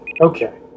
Okay